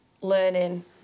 learning